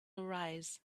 arise